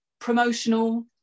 promotional